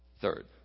Third